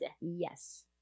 Yes